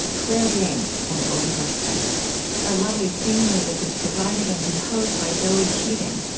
claire danes, and ellen burstyn our lovely theme music is provided and composed by zoe keating.